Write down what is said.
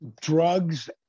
drugs